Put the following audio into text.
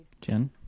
Jen